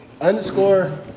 underscore